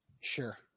Sure